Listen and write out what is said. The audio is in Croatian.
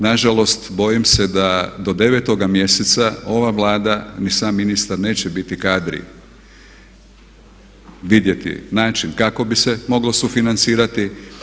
Nažalost, bojim se da do 9. mjeseca ova Vlada ni sam ministar neće biti kadri vidjeti način kako bi se moglo sufinancirati.